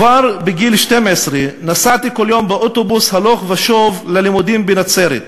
כבר בגיל 12 נסעתי כל יום באוטובוס הלוך ושוב ללימודים בנצרת.